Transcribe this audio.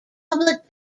public